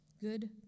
good